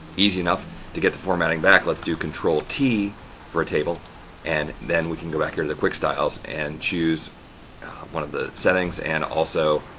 easy enough to get the formatting back. let's do ctrl t for a table and then we can go back here to the quick styles and choose one of the settings. and also,